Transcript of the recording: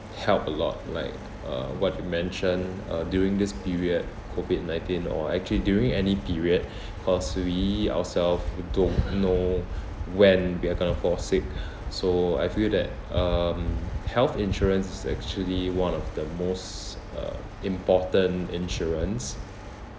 help a lot like uh what you mentioned uh during this period COVID nineteen or actually during any period cause we ourself we don't know when we are gonna fall sick so I feel that um health insurance is actually one of the most uh important insurance